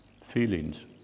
Feelings